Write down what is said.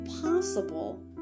possible